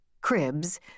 Cribs